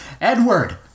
Edward